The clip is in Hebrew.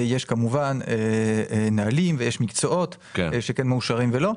יש כמובן נהלים ויש מקצועות שכן מאושרים או לא,